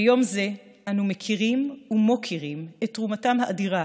ביום זה אנו מכירים ומוקירים את תרומתם האדירה